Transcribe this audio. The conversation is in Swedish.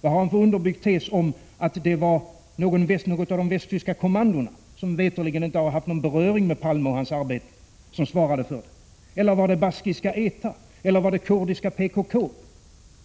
Vad har han för en underbyggd tes om att det var något av de västtyska kommandona, som väsentligen inte hade någon beröring med Palme och hans arbete, som svarade för mordet? Eller vad har han för en underbyggd tes om att det var det baskiska ETA eller det kurdiska PKK,